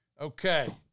Okay